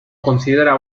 considera